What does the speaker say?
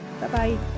Bye-bye